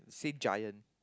say giant